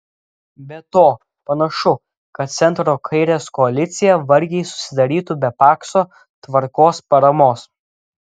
be to panašu kad centro kairės koalicija vargiai susidarytų be pakso tvarkos paramos